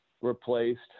replaced